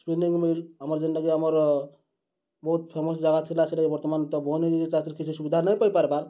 spinning mill ଆମର୍ ଯେନ୍ଟାକି ଆମର୍ ବହୁତ୍ ଫେମସ୍ ଜାଗା ଥିଲା ସେଟା ବର୍ତ୍ତମାନ୍ ତ ବନ୍ଦ୍ ହେଇଯାଇଛେ ଚାଷ୍ର କିଛି ସୁବିଧା ନାଇଁ ପାଇ ପାର୍ବାର୍